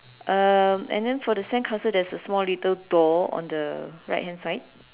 um and then for the sandcastle there is a small little door on the right hand side